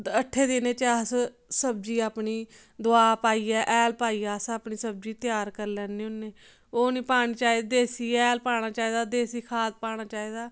अट्ठें दिनें च अस सब्जी अपनी दवा पाइयै हैल पाइयै अस अपनी सब्जी त्यार करी लैन्ने होन्ने ओह् निं पाना चाहिदा देसी हैल पाना चाहिदा देसी खाद पानी चाहिदा ऐ